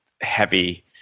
heavy